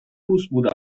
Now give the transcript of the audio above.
ﺍﺧﺘﺎﭘﻮﺱ